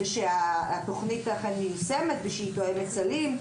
שהתכנית אכן מיושמת ושהיא תואמת סלים.